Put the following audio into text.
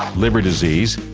liver disease,